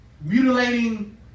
Mutilating